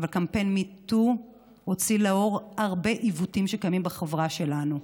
אבל קמפיין Me Too הוציא לאור הרבה עיוותים שקיימים בחברה שלנו.